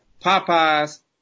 Popeye's